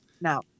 Now